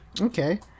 okay